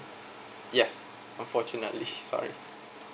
yes unfortunately sorry